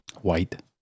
white